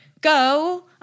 go